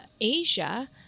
Asia